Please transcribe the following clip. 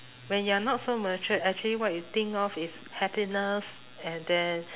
when you're not so matured actually what you think of is happiness and then